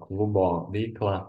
klubo veiklą